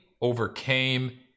overcame